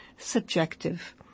Subjective